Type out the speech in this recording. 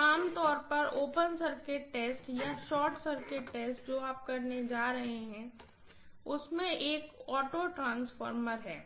तो आम तौर पर ओपन सर्किट टेस्ट या शॉर्ट सर्किट टेस्ट जो आप करने जा रहे हैं उसमें एक ऑटो ट्रांसफार्मर है